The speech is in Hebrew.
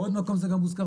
בעוד מקום זה גם מוזכר,